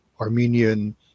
Armenian